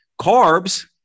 Carbs